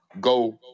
go